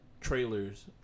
trailers